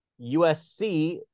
USC